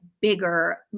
bigger